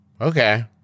Okay